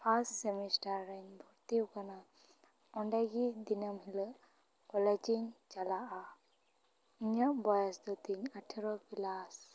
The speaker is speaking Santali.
ᱯᱷᱟᱨᱥᱴ ᱥᱮᱢᱤᱥᱴᱟᱨᱮᱧ ᱵᱷᱩᱨᱛᱤ ᱟᱠᱟᱱᱟ ᱚᱱᱰᱮ ᱜᱮ ᱫᱤᱱᱳᱢ ᱦᱤᱞᱳᱜ ᱠᱚᱞᱮᱡᱽ ᱤᱧ ᱪᱟᱞᱟᱼᱟ ᱤᱧᱟᱹᱜ ᱵᱚᱭᱚᱥ ᱫᱚ ᱛᱤᱧ ᱟᱴᱷᱮᱨᱚ ᱯᱞᱟᱥ